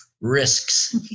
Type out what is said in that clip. risks